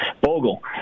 Bogle